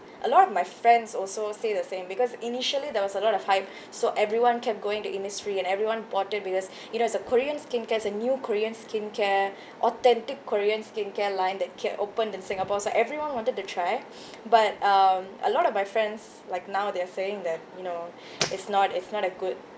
a lot of my friends also say the same because initially there was a lot of hype so everyone kept going to Innisfree and everyone bought it because it has a korean skincare is a new korean skincare authentic korean skincare line that kept opened in singapore so everyone wanted to try but um a lot of my friends like now they are saying that you know it's not it's not a good